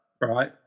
right